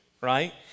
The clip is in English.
right